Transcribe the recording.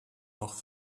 noch